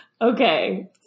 Okay